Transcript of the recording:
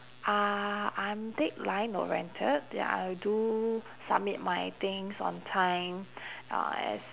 ah I'm deadline oriented ya I do submit my things on time uh as